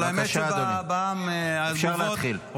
בבקשה, אדוני, אפשר להתחיל.